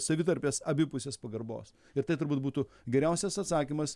savitarpės abipusės pagarbos ir tai turbūt būtų geriausias atsakymas